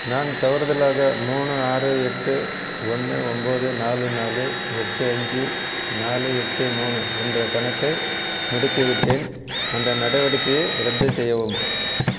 நான் தவறுதலாக மூணு ஆறு எட்டு ஒன்று ஒம்போது நாலு நாலு எட்டு அஞ்சு நாலு எட்டு மூணு என்ற கணக்கை முடக்கிவிட்டேன் அந்த நடவடிக்கையை ரத்து செய்யவும்